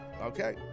Okay